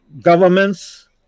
governments